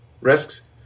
risks